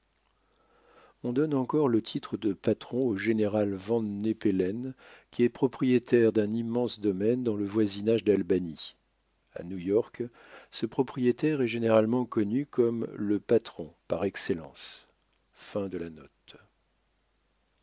on donne encore le titre de patron au général van nenpelen qui est propriétaire d'un immense domaine dans le voisinage d'albany à new-york ce propriétaire est généralement connu comme le patron par excellence